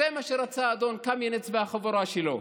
זה מה שרצה אדון קמיניץ והחבורה שלו,